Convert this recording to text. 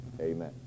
Amen